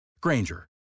Granger